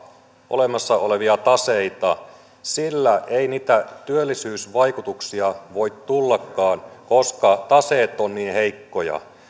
olemassa olevia taseita sillä ei niitä työllisyysvaikutuksia voi tullakaan koska taseet ovat niin heikkoja